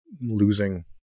losing